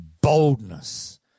boldness